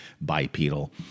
bipedal